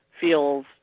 feels